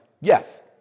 yes